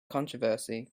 controversy